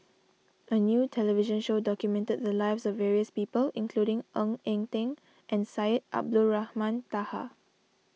a new television show documented the lives of various people including Ng Eng Teng and Syed Abdulrahman Taha